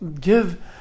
give